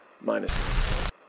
minus